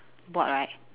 board right